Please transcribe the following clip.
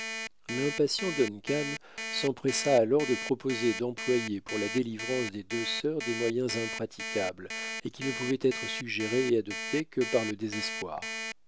l'impatient duncan s'empressa alors de proposer d'employer pour la délivrance des deux sœurs des moyens impraticables et qui ne pouvaient être suggérés et adoptés que par le désespoir